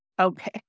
Okay